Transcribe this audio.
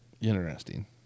Interesting